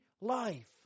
life